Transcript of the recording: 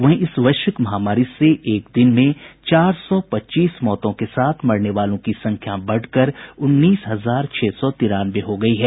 वहीं इस वैश्विक महामारी से एक दिन में चार सौ पच्चीस मौतों के साथ मरने वालों की संख्या बढ़कर उन्नीस हजार छह सौ तिरानवे हो गई है